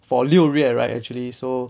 for 六月 right actually so